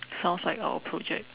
sounds like our project